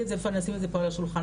זה ואשים את זה פה על השולחן.